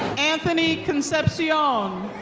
anthony concepcion.